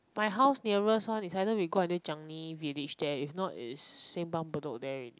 my house nearest one is either we go until changi village there if not is simpang-bedok there already